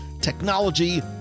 technology